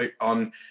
on